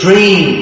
Dream